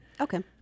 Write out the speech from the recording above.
Okay